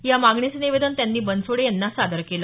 या मागणीचं निवेदन त्यांनी बनसोडे यांना सादर केलं